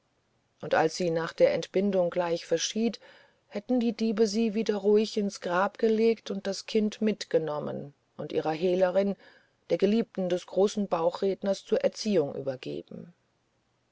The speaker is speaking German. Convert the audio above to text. und als sie nach der entbindung gleich verschied hätten die diebe sie wieder ruhig ins grab gelegt und das kind mitgenommen und ihrer hehlerin der geliebten des großen bauchredners zur erziehung übergeben